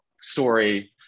story